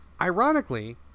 Ironically